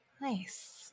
Nice